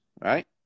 Right